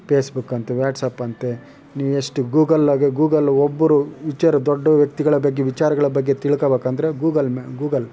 ಪೇಸ್ಬುಕ್ಕಂತೆ ವ್ಯಾಟ್ಸಾಪಂತೆ ಇನ್ನು ಎಷ್ಟು ಗೂಗಲ್ನಾಗೆ ಗೂಗಲ್ ಒಬ್ರ ವಿಚಾರ ದೊಡ್ಡ ವ್ಯಕ್ತಿಗಳ ಬಗ್ಗೆ ವಿಚಾರಗಳ ಬಗ್ಗೆ ತಿಳ್ಕೋಬೇಕೆಂದ್ರೆ ಗೂಗಲ್ ಮ್ ಗೂಗಲ್